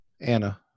anna